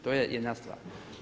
To je jedna stvar.